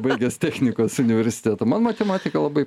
baigęs technikos universitetą man matematika labai